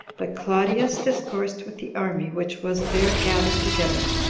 but claudius discoursed with the army which was there gathered together,